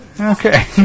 Okay